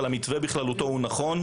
אבל המתווה בכללותו נכון,